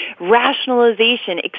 Rationalization